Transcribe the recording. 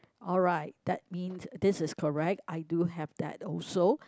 alright that means this is correct I do have that also